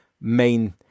main